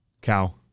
Cow